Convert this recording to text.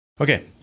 Okay